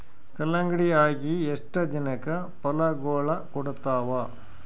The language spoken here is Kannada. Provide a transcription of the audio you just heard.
ಕಲ್ಲಂಗಡಿ ಅಗಿ ಎಷ್ಟ ದಿನಕ ಫಲಾಗೋಳ ಕೊಡತಾವ?